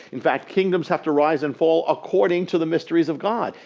in fact, kingdoms have to rise and fall according to the mysteries of god.